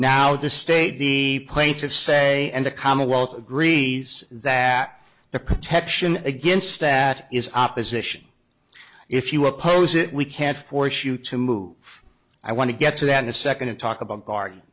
now the state the plaintiffs say and the commonwealth agrees that the protection against that is opposition if you oppose it we can't force you to move i want to get to that in a second to talk about garden